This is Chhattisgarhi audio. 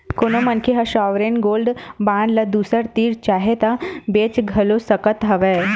कोनो मनखे ह सॉवरेन गोल्ड बांड ल दूसर तीर चाहय ता बेंच घलो सकत हवय